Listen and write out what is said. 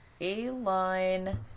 A-line